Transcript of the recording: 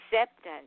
acceptance